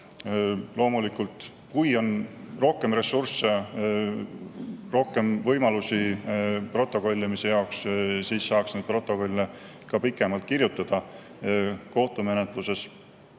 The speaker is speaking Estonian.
Loomulikult, kui on rohkem ressursse, rohkem võimalusi protokollimise jaoks, siis saaks neid protokolle ka pikemalt kirjutada. Kohtumenetluses